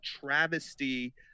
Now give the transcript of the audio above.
travesty